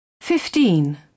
Fifteen